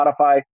Spotify